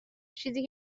چیزی